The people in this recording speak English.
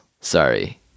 sorry